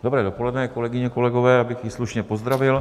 Dobré dopoledne, kolegyně, kolegové, abych i slušně pozdravil.